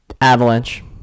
Avalanche